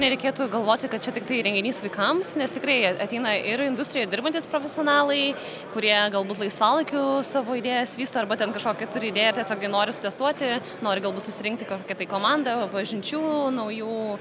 nereikėtų galvoti kad čia tiktai renginys vaikams nes tikrai e ateina ir industrijoj dirbantys profesionalai kurie galbūt laisvalaikiu savo idėjas vysto arba ten kažkokią turi idėją tiesiog ją nori išsitestuoti nori galbūt susirinkti kokią tai komandą pažinčių naujų